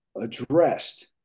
addressed